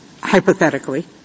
hypothetically